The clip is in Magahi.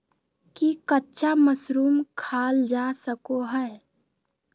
की कच्चा मशरूम खाल जा सको हय?